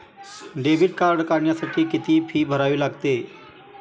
Debit card काढण्यासाठी किती fee भरावी लागते?